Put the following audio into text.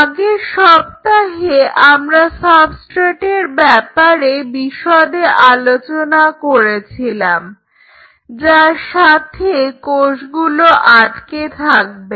আগের সপ্তাহে আমরা সাবস্ট্রেটের ব্যাপারে বিশদে আলোচনা করেছিলাম যার সাথে কোষগুলো আটকে থাকবে